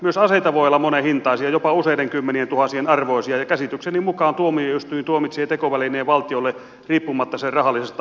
myös aseita voi olla monenhintaisia jopa useiden kymmenientuhansien arvoisia ja käsitykseni mukaan tuomioistuin tuomitsee tekovälineen valtiolle riippumatta sen rahallisesta arvosta